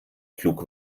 pflug